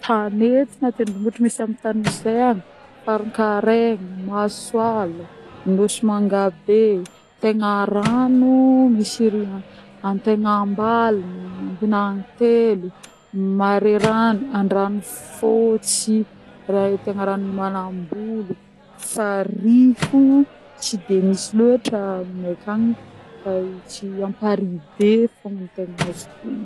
Tanety na tendrombohitra misy amin'ny tany misy zehe agny: Farikaregny, Masoala, Nosy Mangabe, Tegnarano misy riha-Antegnambaligna, Ambinagny telo, Marerano, Andranofôtsy, tsy raha tegnaranon'ny Manambolo, farihy fogna tsy de misy loatra amineh akagny koà tsy Amparihibe fogna ny tegna azoko ognona.